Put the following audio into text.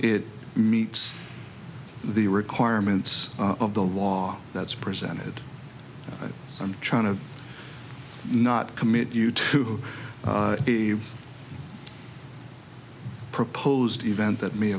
it meets the requirements of the law that's presented i'm trying to not commit you to a proposed event that may